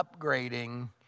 upgrading